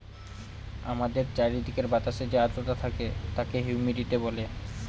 আমাদের চারিদিকের বাতাসে যে আদ্রতা থাকে তাকে হিউমিডিটি বলে